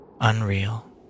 unreal